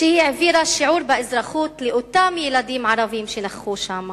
שהיא העבירה שיעור באזרחות לאותם ילדים ערבים שנכחו שם,